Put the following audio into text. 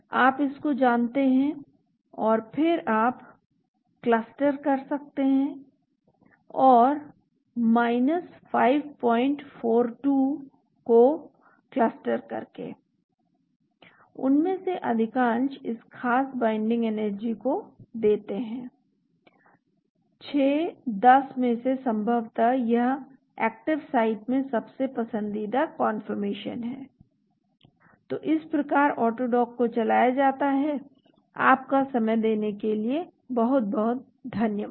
आप इसको जानते हैं और फिर आप क्लस्टर कर सकते हैं और 542 को क्लस्टर करके उनमें से अधिकांश इस खास बाइन्डिंग एनर्जी को देते हैं 6 10 में से तो संभवतः यह एक्टिव साइट में सबसे पसंदीदा कान्फर्मेशन है तो इस प्रकार ऑटोडॉक को चलाया जाता है अपना समय देने के लिए आपका बहुत बहुत धन्यवाद